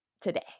today